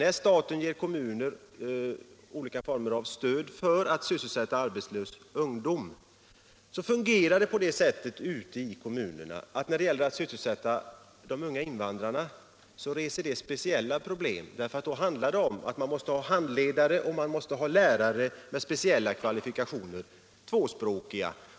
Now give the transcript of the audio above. När man i kommunerna skall sysselsätta arbetslösa invandrare med hjälp av de olika statliga stöd som utgår uppstår det speciella problem. Man måste bl.a. ha handledare och lärare med speciella kvalifikationer, t.ex. tvåspråkighet.